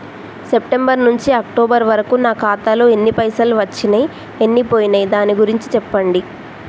September నుంచి October వరకు నా ఖాతాలో ఎన్ని పైసలు వచ్చినయ్ ఎన్ని పోయినయ్ దాని గురించి చెప్పండి?